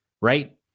right